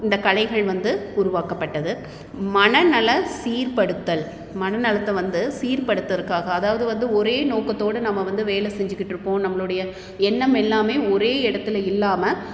இந்த கலைகள் வந்து உருவாக்கப்பட்டது மனநல சீர்படுத்தல் மனநலத்தை வந்து சீர்படுத்துறதுக்காக அதாவது வந்து ஒரே நோக்கத்தோடு நம்ம வந்து வேலை செஞ்சிகிட்டிருப்போம் நம்மளுடைய எண்ணம் எல்லாமே ஒரே இடத்துல இல்லாமல்